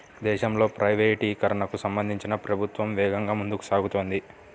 దేశంలో ప్రైవేటీకరణకు సంబంధించి ప్రభుత్వం వేగంగా ముందుకు సాగుతోంది